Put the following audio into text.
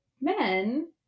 men